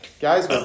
guys